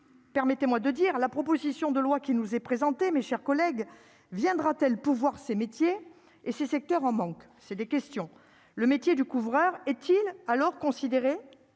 permettez-moi de dire la proposition de loi qui nous est présenté, mes chers collègues, viendra-t-elle pouvoir ses métiers et ces secteurs en manque, c'est des questions, le métier de couvreurs est-il alors considéré